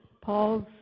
Paul's